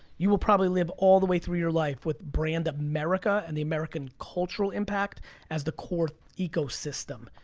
you will probably live all the way through your life with brand america and the american cultural impact as the core ecosystem.